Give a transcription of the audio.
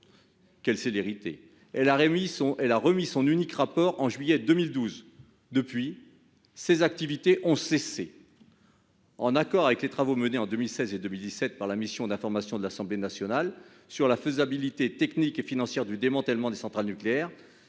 Quelle célérité ! Elle a remis son unique rapport en juillet 2012. Depuis, ses activités ont cessé. À la suite des travaux menés en 2016 et 2017 par la mission d'information de l'Assemblée nationale sur la faisabilité technique et financière du démantèlement des centrales nucléaires,